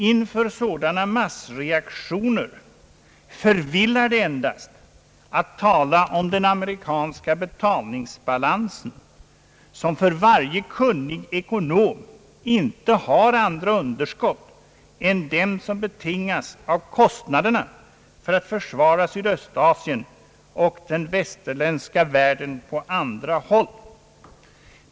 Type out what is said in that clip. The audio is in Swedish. Inför sådana massreaktioner förvillar det endast att tala om den amerikanska betalningsbalansen, som för varje kunnig ekonom inte har andra underskott än dem som betingas av kostnaderna för att försvara Sydöstasien och den västerländska världen på andra håll.